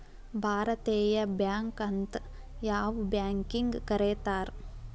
ಭಾರತೇಯ ಬ್ಯಾಂಕ್ ಅಂತ್ ಯಾವ್ ಬ್ಯಾಂಕಿಗ್ ಕರೇತಾರ್?